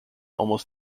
almost